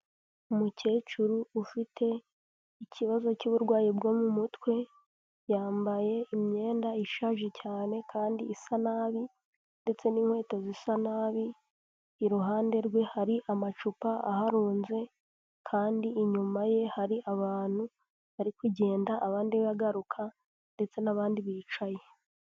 Umukecuru ufite ikibazo cy'uburwayi bwo mu mutwe, yambaye imyenda ishaje cyane kandi isa nabi ndetse n'inkweto zisa nabi, iruhande rwe hari amacupa aharunze kandi inyuma ye hari abantu bari kugenda abandi bagaruka ndetse n'abandi bicaye.